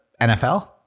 NFL